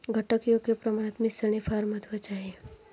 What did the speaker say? घटक योग्य प्रमाणात मिसळणे फार महत्वाचे आहे